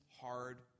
hard